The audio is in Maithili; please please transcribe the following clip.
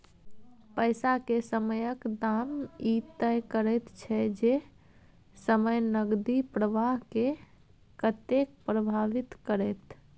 पैसा के समयक दाम ई तय करैत छै जे समय नकदी प्रवाह के कतेक प्रभावित करते